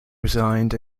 resigned